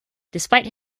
despite